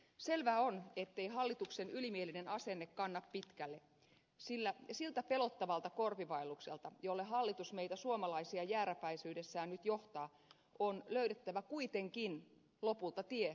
selvää on ettei hallituksen ylimielinen asenne kanna pitkälle sillä siltä pelottavalta korpivaellukselta jolle hallitus meitä suomalaisia jääräpäisyydessään nyt johtaa on löydettävä kuitenkin lopulta tie porukalla ulos